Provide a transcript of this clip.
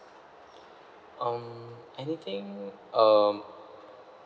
um anything um